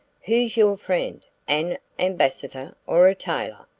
who's your friend an ambassador or a tailor?